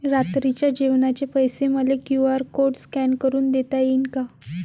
रात्रीच्या जेवणाचे पैसे मले क्यू.आर कोड स्कॅन करून देता येईन का?